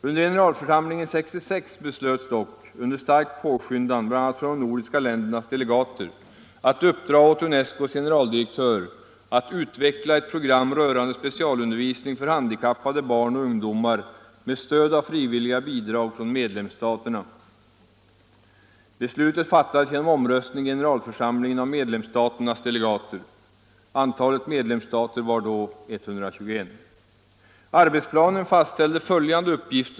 Under generalförsamlingen 1966 beslöts dock, under stark påskyndan från bland andra de nordiska ländernas delegater, att uppdra åt UNESCO:s generaldirektör ”att utveckla ett program rörande specialundervisning för handikappade barn och ungdomar med stöd av frivilliga bidrag från medlemsstaterna”. Beslutet fattades genom omröstning i generalförsamlingen av medlemsstaternas delegater. Antalet medlemsstater var då 121.